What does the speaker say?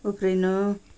उफ्रिनु